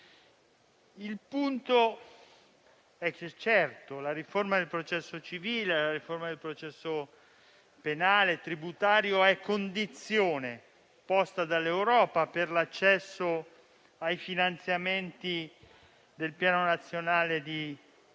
Il punto è che la riforma del processo civile e la riforma del processo penale e tributario è condizione posta dall'Europa per l'accesso ai finanziamenti del Piano nazionale di ripresa